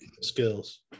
skills